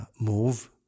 move